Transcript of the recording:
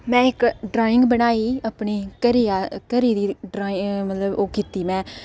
में इक ड्राइंग बनाई अपने घरै दी ओह् मतलब ओह् कीती में